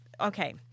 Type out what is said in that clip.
Okay